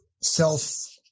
self